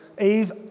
Eve